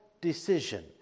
decision